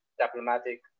diplomatic